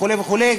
וכו' וכו',